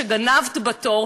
שגנבת בתור,